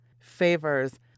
favors